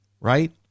right